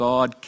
God